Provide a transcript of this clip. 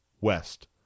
West